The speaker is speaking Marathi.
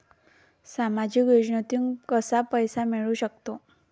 सामाजिक योजनेतून कसा पैसा मिळू सकतो?